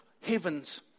heaven's